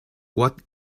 what